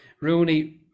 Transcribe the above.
Rooney